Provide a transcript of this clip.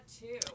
two